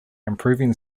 improving